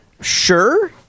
Sure